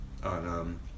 on